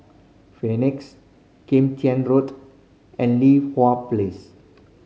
Phoenix Kim Tian Road and Li Hwan Place